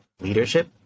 leadership